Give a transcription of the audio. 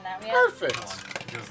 Perfect